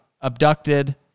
abducted